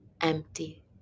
empty